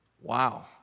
Wow